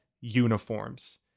uniforms